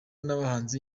n’abahanzi